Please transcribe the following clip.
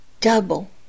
double